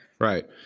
Right